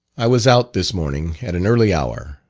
i was out this morning at an early hour,